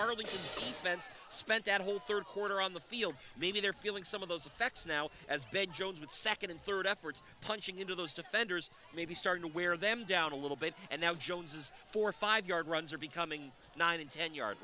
bent spent that whole third quarter on the field maybe they're feeling some of those effects now as big jones with second and third efforts punching into those defenders may be starting to wear them down a little bit and now jones has four or five yard runs are becoming nine in ten yards